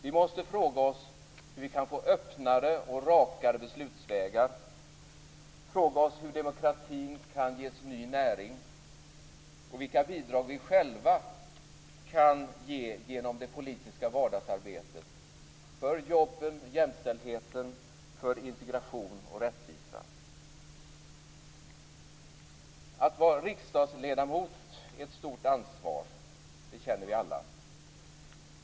Vi måste fråga oss hur vi kan få öppnare och rakare beslutsvägar, hur demokratin kan ges ny näring och vilka bidrag vi själva kan ge genom det politiska vardagsarbetet för jobb och jämställdhet, för integration och rättvisa. Att vara riksdagsledamot är ett stort ansvar. Det känner vi alla.